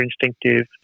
instinctive